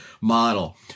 model